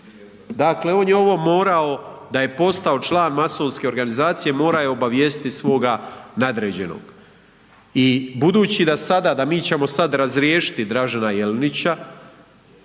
dakle on je ovo morao da je postao član masonske organizacije morao je obavijestiti svoga nadređenog. I budući da sada da mi ćemo sada razriješiti Dražena Jelenića,